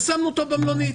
ושמנו אותו במלונית,